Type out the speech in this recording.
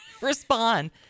respond